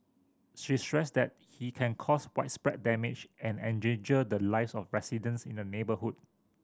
she stressed that he can caused widespread damage and endangered the lives of residents in the neighbourhood